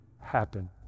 happen